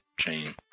chain